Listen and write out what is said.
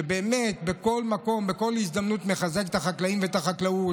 שבכל מקום ובכל הזדמנות מחזק את החקלאים ואת החקלאות,